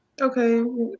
Okay